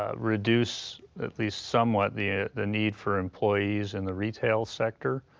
ah reduce, at least somewhat, the the need for employees in the retail sector,